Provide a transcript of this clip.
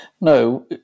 no